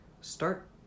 start